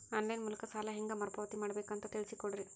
On line ಮೂಲಕ ಸಾಲ ಹೇಂಗ ಮರುಪಾವತಿ ಮಾಡಬೇಕು ಅಂತ ತಿಳಿಸ ಕೊಡರಿ?